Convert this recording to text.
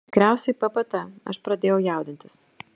tikriausiai ppt aš pradėjau jaudintis